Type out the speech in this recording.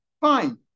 Fine